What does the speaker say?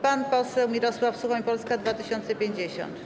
Pan poseł Mirosław Suchoń, Polska 2050.